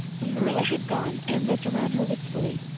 when marilla had gone anne looked around her wistfully.